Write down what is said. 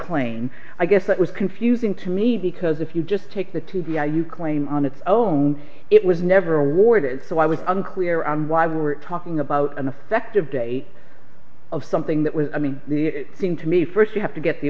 claim i guess that was confusing to me because if you just take the to the eye you claim on its own it was never awarded so i was unclear on why we're talking about an effective date of something that was i mean the thing to me first you have to get the